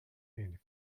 and